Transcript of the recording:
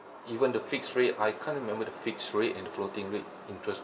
even the fixed rate I can't remember the fixed rate and floating rate interest